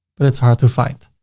but it's hard to find.